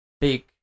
big